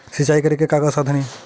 सिंचाई करे के का साधन हे?